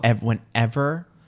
whenever